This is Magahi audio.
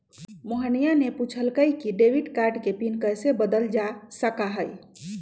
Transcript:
मोहिनीया ने पूछल कई कि डेबिट कार्ड के पिन कैसे बदल्ल जा सका हई?